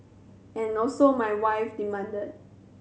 and also my wife demanded